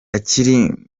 akiri